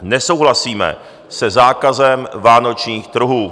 Nesouhlasíme se zákazem vánočních trhů.